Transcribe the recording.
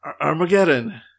Armageddon